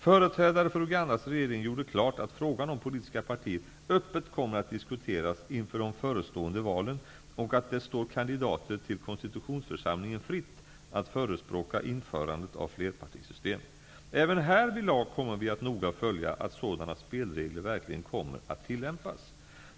Företrädare för Ugandas regering gjorde klart att frågan om politiska partier öppet kommer att diskuteras inför de förestående valen och att det står kandidater till konstitutionsförsamlingen fritt att förespråka införandet av flerpartisystem. Även härvidlag kommer vi att noga följa att sådana spelregler verkligen kommer att tillämpas.